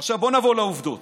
עכשיו, נעבור לעובדות.